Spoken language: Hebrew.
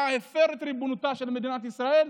הפר את ריבונותה של מדינת ישראל,